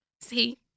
See